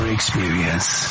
Experience